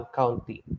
county